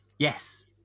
Yes